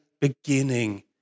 beginning